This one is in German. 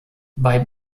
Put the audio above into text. bei